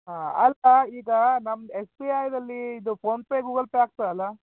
ಹಾಂ ಅಲ್ಲ ಈಗ ನಮ್ಮ ಎಸ್ ಬಿ ಐದಲ್ಲಿ ಇದು ಫೋನ್ಪೇ ಗೂಗಲ್ ಪೇ ಆಗ್ತದಲ್ಲ